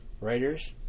writers